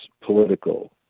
political